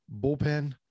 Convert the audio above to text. bullpen